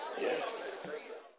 Yes